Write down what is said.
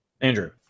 Andrew